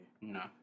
No